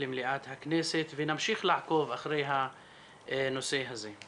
למליאת הכנסת ונמשיך לעקוב אחרי הנושא הזה.